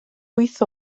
wyth